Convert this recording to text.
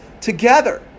together